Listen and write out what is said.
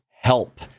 help